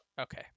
Okay